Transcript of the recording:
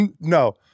No